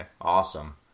awesome